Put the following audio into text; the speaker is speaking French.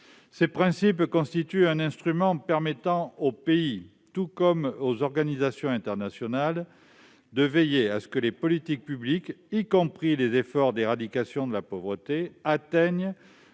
Ces principes constituent un instrument permettant aux pays comme aux organisations internationales de veiller à ce que les politiques publiques, y compris les efforts d'éradication de la pauvreté, atteignent